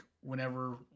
whenever